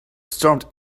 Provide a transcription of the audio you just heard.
stormed